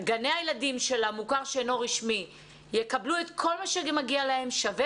גני הילדים של המוכר שאינו רשמי יקבלו את כל מה שמגיע להם שווה